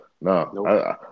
No